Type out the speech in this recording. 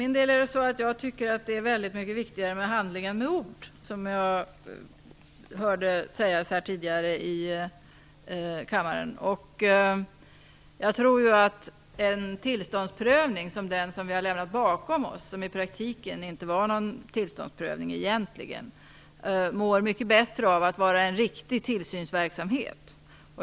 Herr talman! Jag tycker att det är väldigt mycket viktigare med handling än med ord - som jag hörde sägas tidigare här i kammaren. Jag tror att en tillståndsprövning - som den som vi har lämnat bakom oss, som i praktiken inte var någon tillståndsprövning - mår mycket bättre av att ske genom en riktig tillsynsverksamhet.